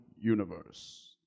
universe